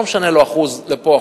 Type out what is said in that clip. לא משנה לו אחוז לפה,